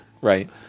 Right